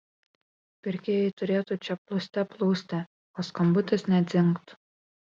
pirkėjai turėtų čia plūste plūsti o skambutis nė dzingt